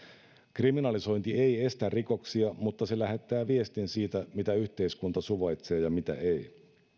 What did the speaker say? kriminalisointi ei estä rikoksia mutta se lähettää viestin siitä mitä yhteiskunta suvaitsee ja mitä ei